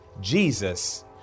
Jesus